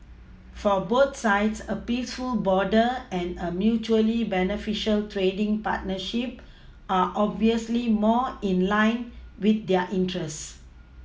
for both sides a peaceful border and a mutually beneficial trading partnership are obviously more in line with their interests